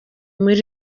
muri